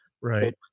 Right